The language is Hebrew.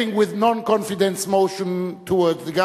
הנמצא אתנו כאן,